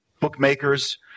Bookmakers